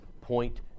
point